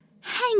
Hang